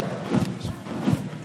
בהצלחה.